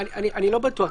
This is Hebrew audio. אני לא בטוח.